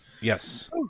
Yes